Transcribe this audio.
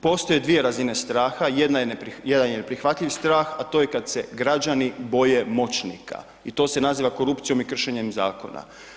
Postoje dvije razine straha, jedan je neprihvatljiv strah, a to je kad se građani boje moćnika i to se naziva korupcijom i kršenjem zakona.